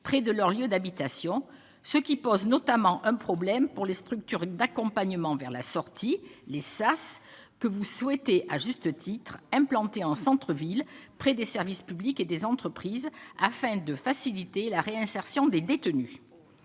près de leur lieu d'habitation, ce qui pose notamment un problème pour les structures d'accompagnement vers la sortie les sas que vous souhaitez à juste titre, implantés en centre-ville, près des services publics et des entreprises afin de faciliter la réinsertion des détenus,